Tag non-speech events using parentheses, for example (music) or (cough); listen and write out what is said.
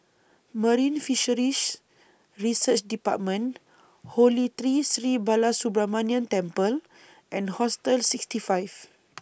Marine Fisheries Research department Holy Tree Sri Balasubramaniar Temple and Hostel sixty five (noise)